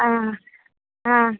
हा हा